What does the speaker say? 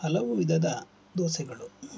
ಹಲವು ವಿಧದ ದೋಸೆಗಳು